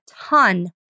ton